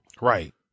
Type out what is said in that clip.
Right